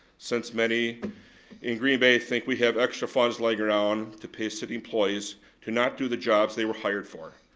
since many in green bay think we have extra funds laying around to pay city employees to not do the jobs they were hired for.